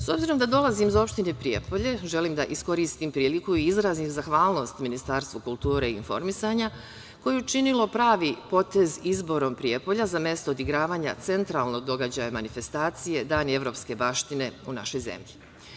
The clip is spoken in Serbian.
S obzirom da dolazim iz opštine Prijepolje, želim da iskoristim priliku i izrazim zahvalnost Ministarstvu kulture i informisanja, koje je učinilo pravi potez izborom Prijepolja za mesto odigravanja centralnog događaja manifestacije „Dani evropske baštine“ u našoj zemlji.